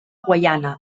guyana